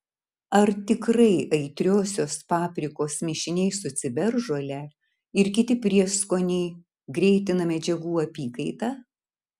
ar tikrai aitriosios paprikos mišiniai su ciberžole ir kiti prieskoniai greitina medžiagų apykaitą